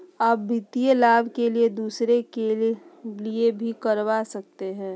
आ वित्तीय लाभ के लिए दूसरे के लिए भी करवा सकते हैं?